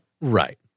right